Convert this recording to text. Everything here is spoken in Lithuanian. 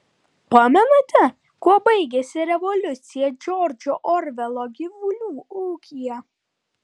pamenate kuo baigėsi revoliucija džordžo orvelo gyvulių ūkyje